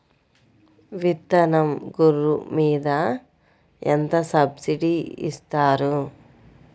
విత్తనం గొర్రు మీద ఎంత సబ్సిడీ ఇస్తారు?